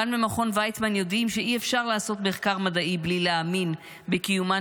כאן במכון ויצמן יודעים שאי-אפשר לעשות מחקר מדעי בלי להאמין בקיומן